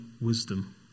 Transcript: wisdom